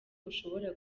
ushobora